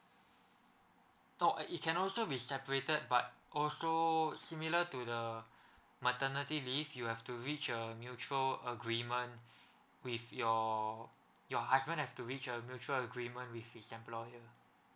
no it can also be separated but also similar to the maternity leave you have to reach a mutual agreement with your your husband has to reach a mutual agreement with his employer